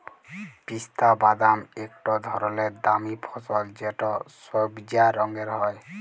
পিস্তা বাদাম ইকট ধরলের দামি ফসল যেট সইবজা রঙের হ্যয়